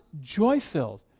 joy-filled